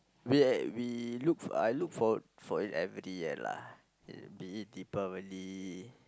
we at we look I look forward forward every year lah be it Deepavali